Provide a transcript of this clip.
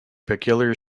peculiar